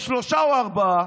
בעוד שלושה או ארבעה.